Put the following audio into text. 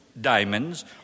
diamonds